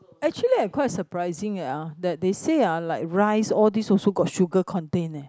actually I quite surprising eh that they said ah like rice all these also got sugar content leh